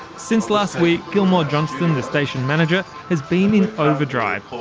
since last week, gilmore johnston, the station manager, has been in overdrive,